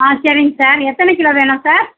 ஆ சரிங்க சார் எத்தனை கிலோ வேணும் சார்